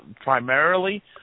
primarily